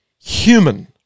human